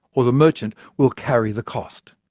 or the merchant, will carry the cost.